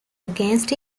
against